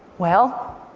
well,